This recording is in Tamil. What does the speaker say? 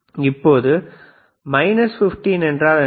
இப்போது மைனஸ் 15 என்றால் என்ன